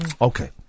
Okay